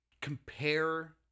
compare